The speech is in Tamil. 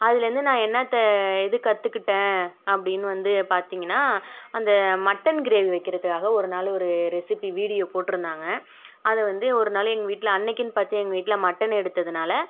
அதிலேந்து நான் என்னத்தை எது கற்றுக்கிட்டேன் அப்படின்னு வந்து பார்த்தீங்ன்னா அந்த மட்டன் கிரேவி வைக்கிறதுக்காக ஒரு நாள் ஒரு ரெசிப்பி வீடியோ போட்டிருந்தாங்க அதை வந்து ஒரு நாள் எங்கள் வீட்டில் அன்னிக்குன்னு பார்த்து எங்கள் வீட்டில் மட்டன் எடுத்ததுனால்